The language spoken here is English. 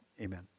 amen